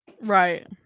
right